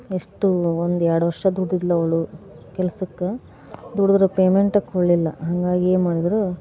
ಎಷ್ಟು ಒಂದು ಎರಡು ವರ್ಷ ದುಡಿದಳು ಅವಳು ಕೆಲ್ಸಕ್ಕೆ ದುಡಿದ್ರೂ ಪೇಮೆಂಟೆ ಕೊಡಲಿಲ್ಲ ಹಾಗಾಗಿ ಏನು ಮಾಡಿದರು